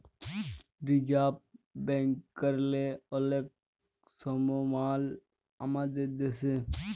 reserve ব্যাংকেরলে অলেক সমমাল আমাদের দ্যাশে